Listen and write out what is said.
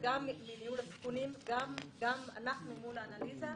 גם מניהול הסיכונים, גם אנחנו מול האנליזה.